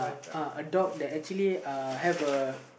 uh a dog that actually uh have a